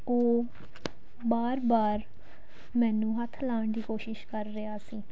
ਉਹ ਵਾਰ ਵਾਰ ਮੈਨੂੰ ਹੱਥ ਲਗਾਉਣ ਦੀ ਕੋਸ਼ਿਸ਼ ਕਰ ਰਿਹਾ ਸੀ